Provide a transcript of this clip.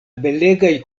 belegaj